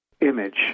image